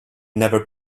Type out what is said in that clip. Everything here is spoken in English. never